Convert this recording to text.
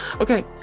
Okay